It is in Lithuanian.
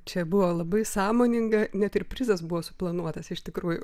čia buvo labai sąmoninga net ir prizas buvo suplanuotas iš tikrųjų